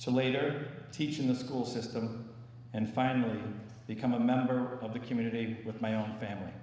to later teach in the school system and finally become a member of the community with my own family